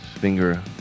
finger